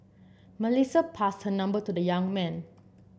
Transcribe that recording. Melissa passed her number to the young man